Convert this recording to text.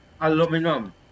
aluminum